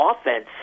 offense